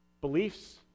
beliefs